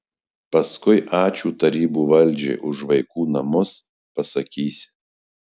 paskui ačiū tarybų valdžiai už vaikų namus pasakysi